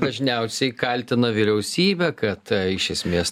dažniausiai kaltina vyriausybę kad iš esmės